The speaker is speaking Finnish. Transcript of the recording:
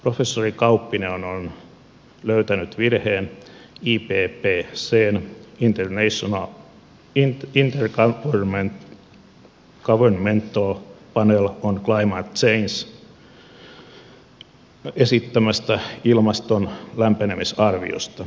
professori kauppinen on löytänyt virheen vihreä tee seen winterreisea erkki pirisee ippcn intergovernmental panel on climate change esittämästä ilmaston lämpenemisarviosta